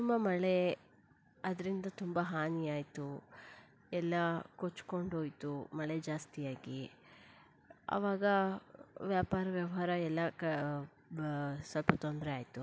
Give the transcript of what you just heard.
ತುಂಬ ಮಳೆ ಅದರಿಂದ ತುಂಬ ಹಾನಿ ಆಯಿತು ಎಲ್ಲ ಕೊಚ್ಕೊಂಡು ಹೋಯ್ತು ಮಳೆ ಜಾಸ್ತಿಯಾಗಿ ಆವಾಗ ವ್ಯಾಪಾರ ವ್ಯವಹಾರ ಎಲ್ಲ ಕ ಬ ಸ್ವಲ್ಪ ತೊಂದರೆ ಆಯಿತು